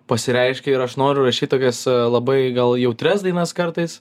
pasireiškia ir aš noriu rašyt tokias labai gal jautrias dainas kartais